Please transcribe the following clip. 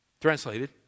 Translated